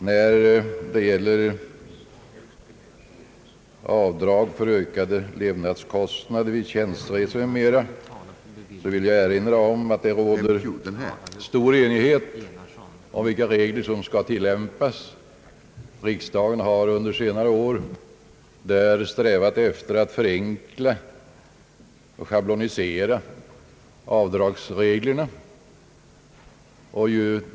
När det gäller avdrag för ökade levnadskostnader vid tjänsteresor m.m. vill jag erinra om att det råder stor enighet om vilka regler som skall tilllämpas. Riksdagen har under senare år strävat efter att förenkla och schablonisera avdragsreglerna.